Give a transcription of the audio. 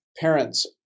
parents